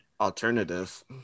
Alternative